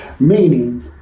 Meaning